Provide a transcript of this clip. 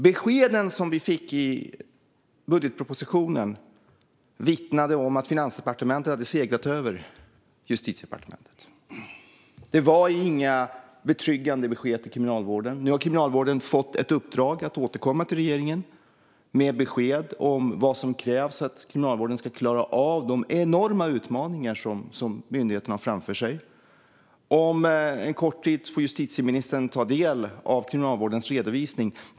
Beskeden som vi fick i budgetpropositionen vittnade om att Finansdepartementet hade segrat över Justitiedepartementet. Det var inga betryggande besked till Kriminalvården. Nu har Kriminalvården fått ett uppdrag att återkomma till regeringen med besked om vad som krävs för att Kriminalvården ska klara av de enorma utmaningar som myndigheten har framför sig. Inom kort får justitieministern ta del av Kriminalvårdens redovisning.